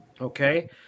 Okay